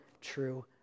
true